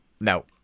no